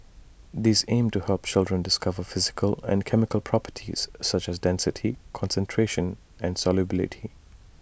these aim to help children discover physical and chemical properties such as density concentration and solubility